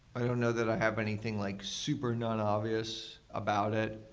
i don't know that i have anything like super non-obvious about it.